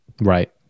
Right